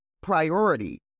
priority